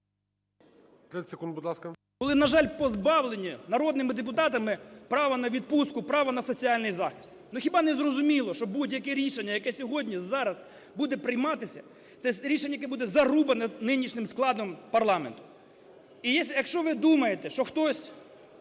30 секунд, будь ласка.